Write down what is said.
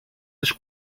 της